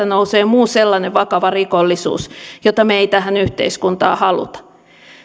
nousee muu sellainen vakava rikollisuus jota me emme tähän yhteiskuntaan halua